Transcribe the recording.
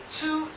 two